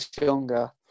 younger